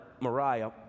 Mariah